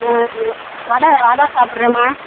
ம் ஆ வடை அடை சாப்பிடுறேன்மா